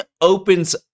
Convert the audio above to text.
opens